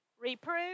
Reprove